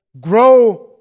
grow